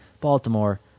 Baltimore